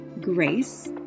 grace